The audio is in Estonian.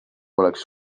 oleks